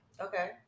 Okay